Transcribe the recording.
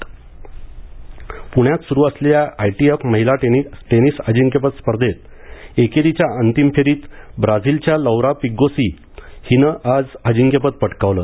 प्ण्यात सुरू असलेल्या आयटीएफ महिला टेनिस अजिंक्यपद स्पर्धेत एकेरीच्या अंतिम फेरीत ब्राझिलच्या लौरा पिगोस्सी हिने आज अजिंक्यपद पटकावले